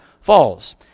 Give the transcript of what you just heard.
falls